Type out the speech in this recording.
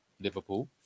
Liverpool